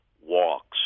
walks